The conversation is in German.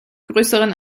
größeren